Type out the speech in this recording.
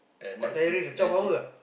quite tiring ah twelve hour ah